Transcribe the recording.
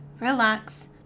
relax